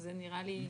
וזה נראה לי,